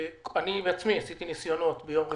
אני בעצמי עשיתי ניסיונות ביום רביעי,